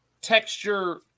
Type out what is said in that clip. texture